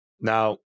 Now